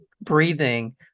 breathing